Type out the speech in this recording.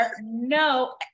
no